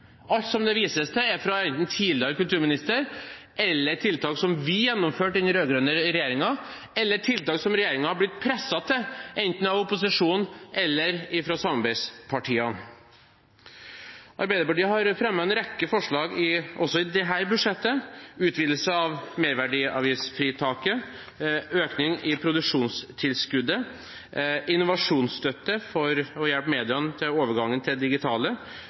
Alt det vises til, er enten fra tidligere kulturminister, tiltak som vi, den rød-grønne regjeringen, gjennomførte, eller tiltak som regjeringen har blitt presset til enten av opposisjonen eller av samarbeidspartiene. Arbeiderpartiet har fremmet en rekke forslag også i dette budsjettet: utvidelse av merverdiavgiftsfritaket, økning i produksjonstilskuddet, innovasjonsstøtte for å hjelpe mediene i overgangen til det digitale,